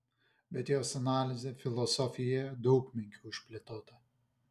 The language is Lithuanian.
bet jos analizė filosofijoje daug menkiau išplėtota